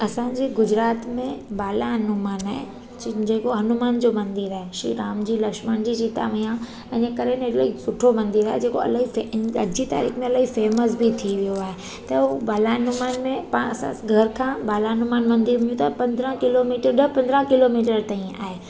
असांजे गुजरात में बाला हनुमान आहे ज जेको हनुमान जो मंदरु आहे श्री राम जी लक्ष्मण जी सीता मैया इनकरे ने एटले सुठो मंदरु आहे जेको इलाही फे अॼु जी तारीख़ में इलाही फ़ेमस बि थी वियो आहे त उहो बाला हनुमान में पाणि असां घर खां बाला हनुमान मंदर में त पंद्रहं किलोमीटर ॾह पंद्रहं किलोमीटर ताईं आहे